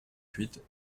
huit